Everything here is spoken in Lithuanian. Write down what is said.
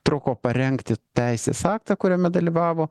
truko parengti teisės aktą kuriame dalyvavo